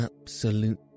absolute